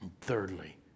thirdly